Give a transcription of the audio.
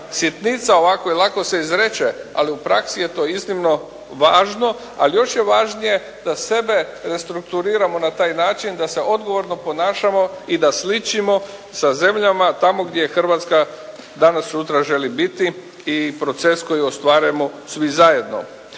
sitnica ovako i lako se izreče. Ali u praksi je to iznimno važno, ali još je važnije da sebe restrukturiramo na taj način da se odgovorno ponašamo i da sličimo sa zemljama tamo gdje Hrvatska danas, sutra želi biti i proces koji ostvarimo svi zajedno.